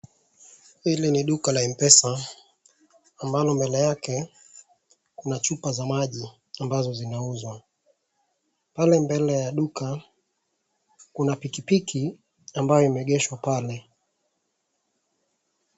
Hili ni duka la Mpesa ambalo mbele yake kuna chupa za maji ambazo zinauzwa. Pale mbele ya duka kuna pikipiki ambayo imeegeshwa pale.